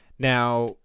Now